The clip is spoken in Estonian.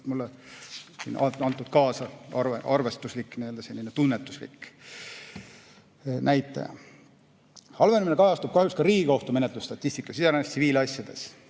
mulle antud kaasa arvestuslik, selline tunnetuslik näitaja. Halvenemine kajastub kahjuks ka Riigikohtu menetlusstatistikas, iseäranis tsiviilasjades.